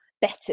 better